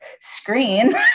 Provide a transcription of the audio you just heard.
screen